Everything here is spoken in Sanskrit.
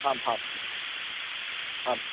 आं हां हां